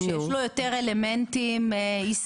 שיש לו יותר אלמנטים יישומיים.